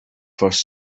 first